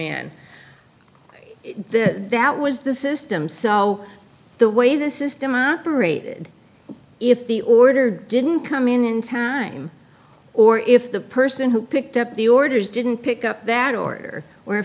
then that was the system so the way the system operated if the order didn't come in time or if the person who picked up the orders didn't pick up that or